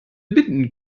binden